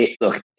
Look